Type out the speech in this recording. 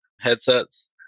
headsets